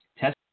Test